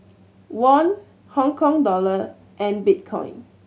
Won Hong Kong Dollar and Bitcoin